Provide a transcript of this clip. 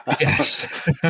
Yes